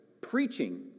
preaching